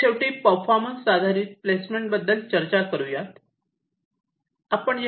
आता शेवटी परफॉर्मन्स आधारित प्लेसमेंट बद्दल चर्चा करूया